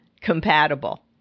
compatible